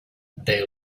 they